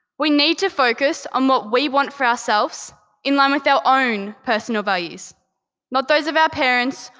we need to focus on what we want for ourselves in line with our own personal values not those of our parents,